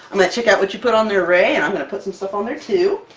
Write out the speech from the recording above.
i'm gonna check out what you put on there, rae, and i'm gonna put some stuff on there too.